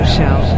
Show